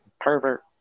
Pervert